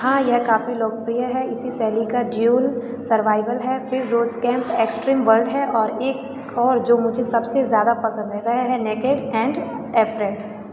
हाँ यह काफी लोकप्रिय है इसी शैली का ड्यूल सर्वाइवल है फिर रोज़ केम्प एक्सट्रीम वर्ल्ड है और एक और जो मुझे सबसे ज्यादा पसंद है वह है नेकेड एंड एफ्रेड